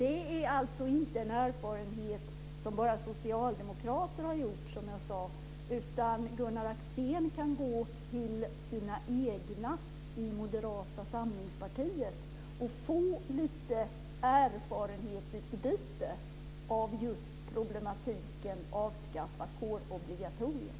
Som jag sade är det en erfarenhet som inte bara socialdemokraterna har gjort, utan Gunnar Axén kan gå till sina egna i Moderata samlingspartiet och höra om deras erfarenheter av problematiken kring ett avskaffande av kårobligatoriet.